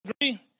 agree